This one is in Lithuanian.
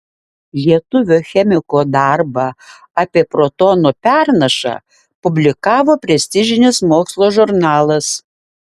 lietuvio chemiko darbą apie protonų pernašą publikavo prestižinis mokslo žurnalas